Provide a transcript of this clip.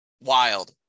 Wild